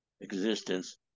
existence